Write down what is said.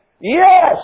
Yes